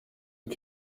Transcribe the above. uko